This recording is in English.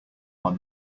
are